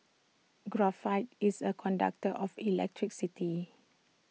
graphite is A conductor of electricity